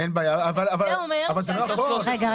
וזה אומר שאנחנו -- רגע,